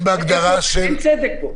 אין צדק פה.